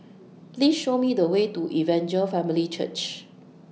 Please Show Me The Way to Evangel Family Church